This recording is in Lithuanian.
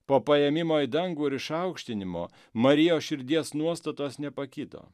po paėmimo į dangų ir išaukštinimo marijos širdies nuostatos nepakito